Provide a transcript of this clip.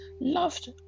loved